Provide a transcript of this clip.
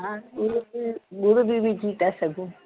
हा ॻुड़ बि ॻुड़ु विझी था सघूं